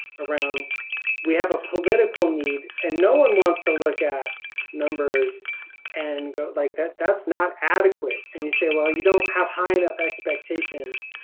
around we have a political need and no one wants to look at numbers and go like that that's not adequate. and you say well you don't have high enough expectations.